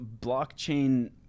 blockchain